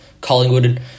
Collingwood